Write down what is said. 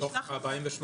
בתוך 48